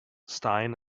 stein